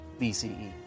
BCE